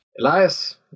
Elias